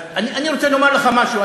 אז אני רוצה לומר לך משהו.